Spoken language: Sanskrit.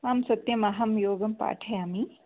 आं सत्यमहं योगं पाठयामि